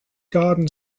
garden